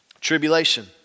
tribulation